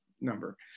number